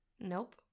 Nope